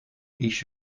kies